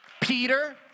Peter